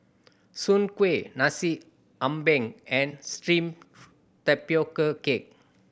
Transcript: soon kway Nasi Ambeng and steamed tapioca cake